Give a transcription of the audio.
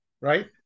Right